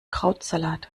krautsalat